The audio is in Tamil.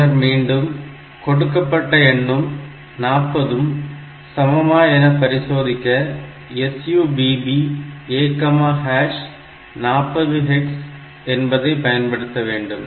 பின்னர்மீண்டும் கொடுக்கப்பட்ட எண்ணும் 40 உம் சமமா என பரிசோதிக்க SUBB A40 hex என்பதை பயன்படுத்த வேண்டும்